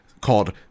called